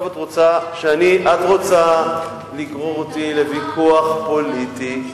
את רוצה לגרור אותי לוויכוח פוליטי,